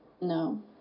No